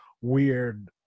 weird